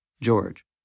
George